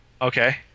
okay